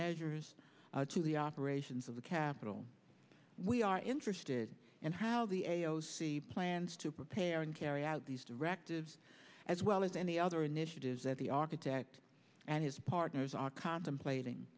measures to the operations of the capitol we are interested in how the plans to prepare and carry out these directives as well as any other initiatives that the architect and his partners are contemplating